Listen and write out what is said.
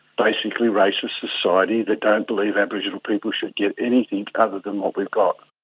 basically racist society that don't believe aboriginal people should get anything other than what we've got.